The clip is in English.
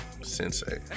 Sensei